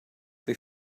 they